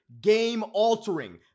game-altering